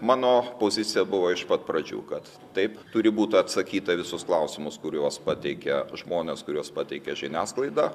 mano pozicija buvo iš pat pradžių kad taip turi būta atsakyta į visus klausimus kuriuos pateikia žmonės kuriuos pateikia žiniasklaida